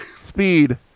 speed